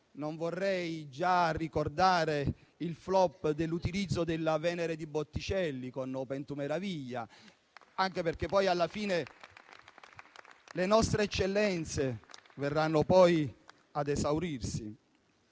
Non vorrei qui ricordare il *flop* dell'utilizzo della Venere di Botticelli con «Open to meraviglia», anche perché alla fine le nostre eccellenze verranno poi ad esaurirsi.